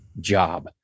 job